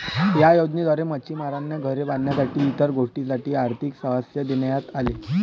या योजनेद्वारे मच्छिमारांना घरे बांधण्यासाठी इतर गोष्टींसाठी आर्थिक सहाय्य देण्यात आले